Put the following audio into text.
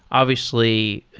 obviously,